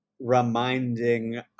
reminding